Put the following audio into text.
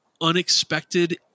unexpected